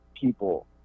people